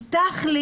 בוקר טוב לכולם.